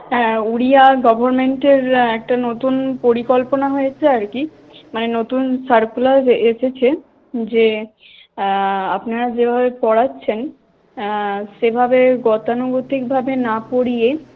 হ্যাঁ উড়িয়া গভর্মেন্টের একটা নতুন পরিকল্পনা হয়েছে আর কি মানে নতুন সার্কুলার এসেছে যে আপনারা যেভাবে পড়াচ্ছেন সেভাবে গতানুগতিকভাবে না পড়িয়ে